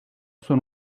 son